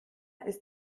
ist